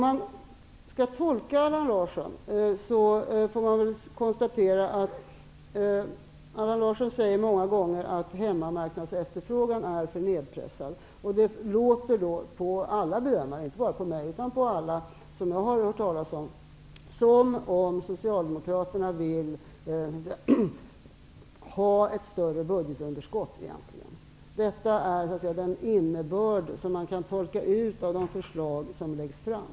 Jag kan konstatera att Allan Larsson många gånger säger att hemmamarknadsefterfrågan är för nedpressad. Alla bedömare som jag har hört talas om, inte bara jag själv, tolkar det som om Socialdemokraterna egentligen vill ha ett större budgetunderskott. Detta är den innebörd som man kan tolka ut av de förslag som läggs fram.